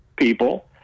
people